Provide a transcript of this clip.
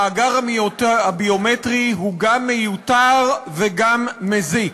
המאגר הביומטרי הוא גם מיותר וגם מזיק,